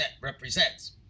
represents